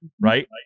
Right